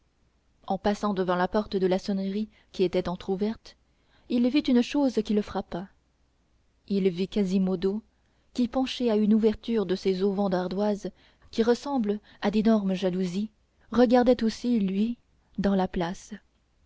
en passant devant la porte de la sonnerie qui était entr'ouverte il vit une chose qui le frappa il vit quasimodo qui penché à une ouverture de ces auvents d'ardoises qui ressemblent à d'énormes jalousies regardait aussi lui dans la place